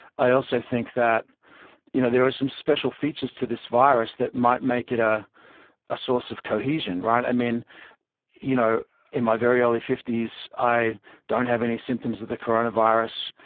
i also think that you know there are some special features to this virus that might make it a ah source of cohesion. i mean you know in my very early fifty s i don't have any symptoms of the coronavirus.